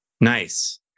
Nice